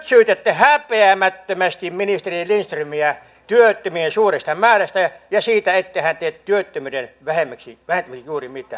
nyt syytätte häpeämättömästi ministeri lindströmiä työttömien suuresta määrästä ja siitä ettei hän tee työttömyyden vähentämiseksi juuri mitään